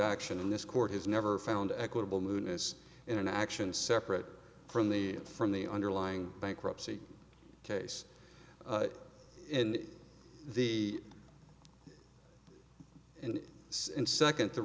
action in this court has never found equitable moon as in an action separate from the from the underlying bankruptcy case in the second to